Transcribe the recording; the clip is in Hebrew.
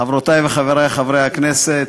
חברותי וחברי חברי הכנסת,